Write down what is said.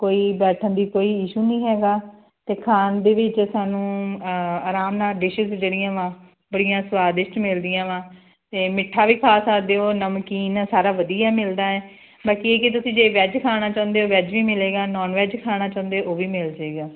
ਕੋਈ ਬੈਠਣ ਦੀ ਕੋਈ ਇਸ਼ੂ ਨਹੀਂ ਹੈਗਾ ਅਤੇ ਖਾਣ ਦੇ ਵਿੱਚ ਸਾਨੂੰ ਆਰਾਮ ਨਾਲ ਡਿਸ਼ਿਜ਼ ਜਿਹੜੀਆਂ ਵਾਂ ਬੜੀਆਂ ਸਵਾਦਿਸ਼ਟ ਮਿਲਦੀਆਂ ਵਾਂ ਅਤੇ ਮਿੱਠਾ ਵੀ ਖਾ ਸਕਦੇ ਹੋ ਨਮਕੀਨ ਸਾਰਾ ਵਧੀਆ ਮਿਲਦਾ ਹੈ ਬਾਕੀ ਇਹ ਆ ਕਿ ਤੁਸੀਂ ਜੇ ਵੈੱਜ ਖਾਣਾ ਚਾਹੁੰਦੇ ਹੋ ਵੈੱਜ ਵੀ ਮਿਲੇਗਾ ਨੋਨ ਵੈੱਜ ਖਾਣਾ ਚਾਹੁੰਦੇ ਉਹ ਵੀ ਮਿਲ ਜਾਏਗਾ